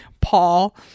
Paul